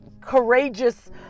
courageous